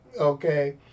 okay